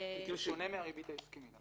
זה שונה מהריבית ההסכמית.